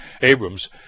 Abrams